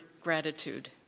gratitude